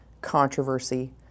controversy